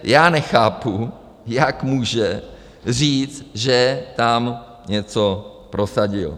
Já nechápu, jak může říct, že tam něco prosadil.